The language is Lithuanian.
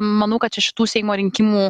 manau kad čia šitų seimo rinkimų